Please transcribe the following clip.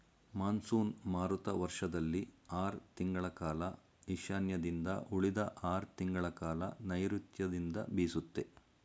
monsoon ಮಾರುತ ವರ್ಷದಲ್ಲಿ ಆರ್ ತಿಂಗಳ ಕಾಲ ಈಶಾನ್ಯದಿಂದ ಉಳಿದ ಆರ್ ತಿಂಗಳಕಾಲ ನೈರುತ್ಯದಿಂದ ಬೀಸುತ್ತೆ